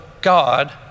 God